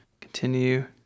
Continue